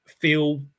feel